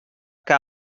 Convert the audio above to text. que